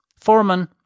Foreman